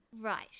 Right